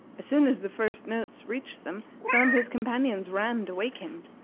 as soon as the first notes reached them, some of his companions ran to wake him.